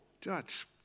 judge